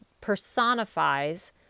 personifies